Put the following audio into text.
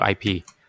IP